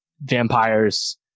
vampires